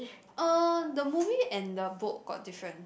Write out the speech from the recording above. uh the movie and the book got different